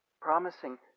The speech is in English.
promising